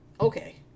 Okay